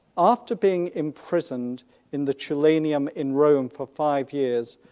after being imprisoned in the tullianum in rome for five years,